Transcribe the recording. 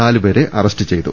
നാലുപേരെ അറസ്റ്റ് ചെയ്തു